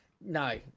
no